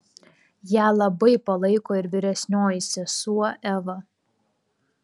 ją labai palaiko ir vyresnioji sesuo eva